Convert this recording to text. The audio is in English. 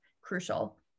crucial